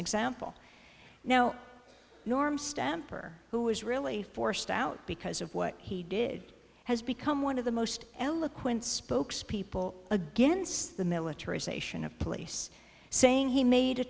example now norm stamper who was really forced out because of what he did has become one of the most eloquent spokespeople against the militarization of police saying he made a